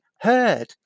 heard